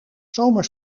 zomers